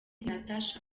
natacha